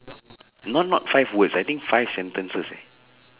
not not five words I think five sentences eh